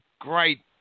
great